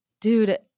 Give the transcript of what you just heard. dude